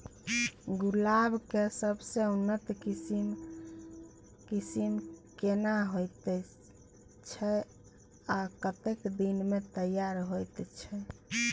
गुलाब के सबसे उन्नत किस्म केना होयत छै आ कतेक दिन में तैयार होयत छै?